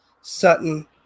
Sutton